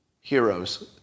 heroes